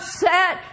set